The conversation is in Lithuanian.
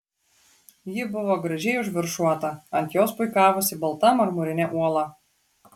ji buvo gražiai užviršuota ant jos puikavosi balta marmurinė uola